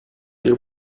bir